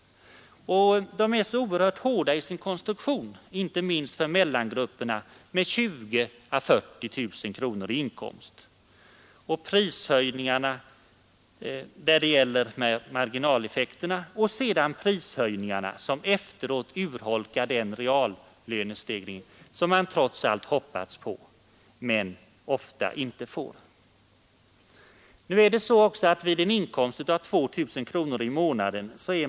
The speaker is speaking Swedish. De är oerhört hårda i sin konstruktion, inte minst för mellangrupperna med 20 000-40 000 kronor i årsinkomst. Och sedan skatter och bidragsbortfall tagit sitt urholkar prishöjningarna de reallönestegringar som folk trots allt hoppats på.